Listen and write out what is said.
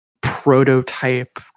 prototype